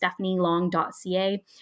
stephanielong.ca